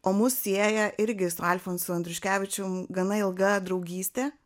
o mus sieja irgi su alfonsu andriuškevičium gana ilga draugystė